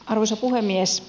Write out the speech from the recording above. arvoisa puhemies